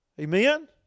Amen